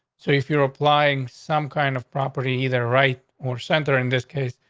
so if you're applying some kind of property either right more center in this case,